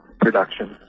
production